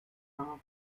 car